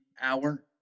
hour